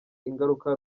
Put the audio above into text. ingaruka